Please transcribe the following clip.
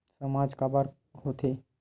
सामाज काबर हो थे?